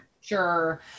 Sure